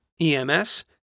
EMS